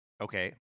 Okay